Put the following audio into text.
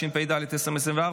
התשפ"ד 2024,